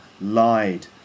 lied